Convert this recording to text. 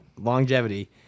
longevity